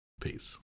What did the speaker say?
Peace